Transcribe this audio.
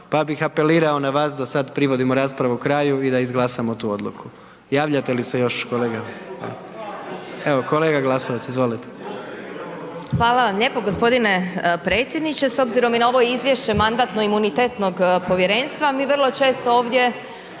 pa bih apelirao na vas da sada privodimo raspravu kraju i da izglasamo tu odluku. Javljate li se još kolega? Evo kolegica Glasovac. Izvolite. **Glasovac, Sabina (SDP)** Hvala vam lijepo gospodine predsjedniče. S obzirom i na ovo izvješće Mandatno-imunitetnog povjerenstva mi vrlo često ovdje